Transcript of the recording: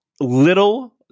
little